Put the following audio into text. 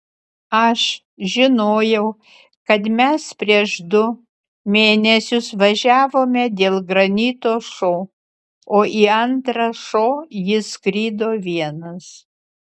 aš žinojau kad mes prieš du mėnesius važiavome dėl granito šou o į antrą šou jis skrido vienas